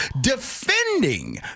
defending